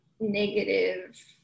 negative